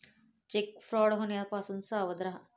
check fraud होण्यापासून सावध रहा